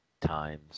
times